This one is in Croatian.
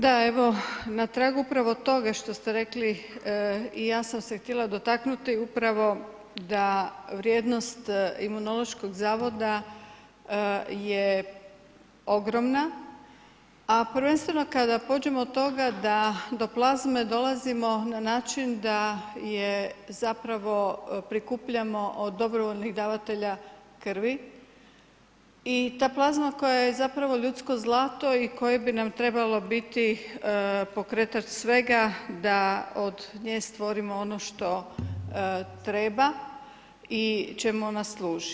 Da, evo na tragu upravo toga što ste rekli i ja sam se htjela dotaknuti upravo da vrijednost Imunološkog zavoda je ogromna, a prvenstveno kada pođemo od toga da do plazme dolazimo na način da je zapravo prikupljamo od dobrovoljnih davatelja krvi i ta plazma koja je zapravo ljudsko zlato i koje bi nam trebalo biti pokretač svega da od nje stvorimo ono što treba i čemu ona služi.